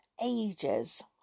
ages